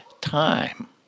time